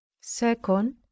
Second